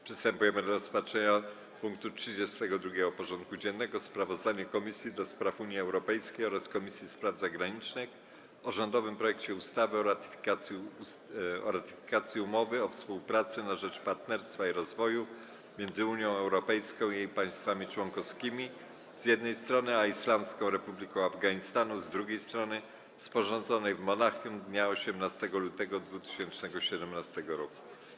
Powracamy do rozpatrzenia punktu 32. porządku dziennego: Sprawozdanie Komisji do Spraw Unii Europejskiej oraz Komisji Spraw Zagranicznych o rządowym projekcie ustawy o ratyfikacji Umowy o współpracy na rzecz partnerstwa i rozwoju między Unią Europejską i jej państwami członkowskimi, z jednej strony, a Islamską Republiką Afganistanu, z drugiej strony, sporządzonej w Monachium dnia 18 lutego 2017 r.